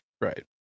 Right